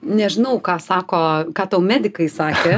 nežinau ką sako ką tau medikai sakė